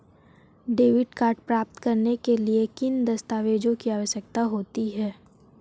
Debit card प्राप्त करने के लिए किन दस्तावेज़ों की आवश्यकता होती है?